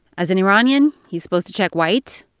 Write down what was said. as an iranian, he's supposed to check white.